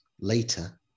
later